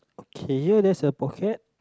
okay here there's a pocket